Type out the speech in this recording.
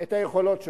את היכולות שלך,